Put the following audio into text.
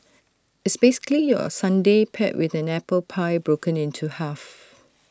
it's basically your sundae paired with an apple pie broken into half